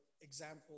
example